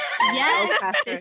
yes